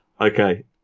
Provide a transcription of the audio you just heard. okay